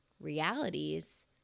realities